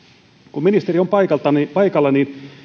kun ministeri on paikalla niin